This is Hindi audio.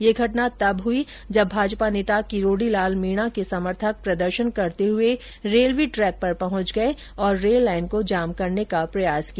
यह घटना तब हुई जब भाजपा नेता किरोड़ीलाल मीना के समर्थक प्रदर्शन करते हुए रेलवे ट्रैक पर पहुंच गए और रेल लाइन को जाम करने का प्रयास किया